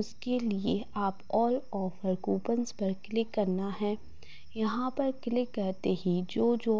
उसके लिए आप ऑल ऑफर कूपन्स पर क्लिक करना हैं यहाँ पर क्लिक करते ही जो जो